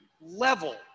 level